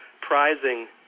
prizing